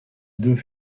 deux